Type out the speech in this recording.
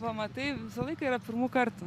va matai visą laiką yra pirmų kartų